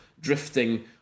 drifting